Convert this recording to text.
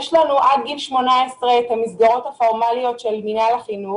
יש לנו עד גיל 18 את המסגרות הפורמליות של מנהל החינוך,